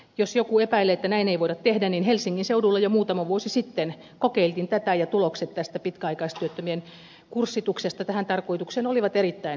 jos joku epäilee että näin ei voida tehdä niin helsingin seudulla jo muutama vuosi sitten kokeiltiin tätä ja tulokset tästä pitkäaikaistyöttömien kurssituksesta tähän tarkoitukseen olivat erittäin hyvät